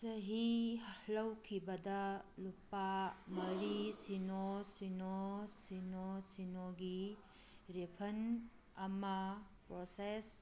ꯆꯍꯤ ꯂꯧꯈꯤꯕꯗ ꯂꯨꯄꯥ ꯃꯔꯤ ꯁꯤꯅꯣ ꯁꯤꯅꯣ ꯁꯤꯅꯣ ꯁꯤꯅꯣꯒꯤ ꯔꯤꯐꯟ ꯑꯃ ꯄ꯭ꯔꯣꯁꯦꯁ